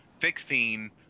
fixing